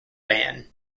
ban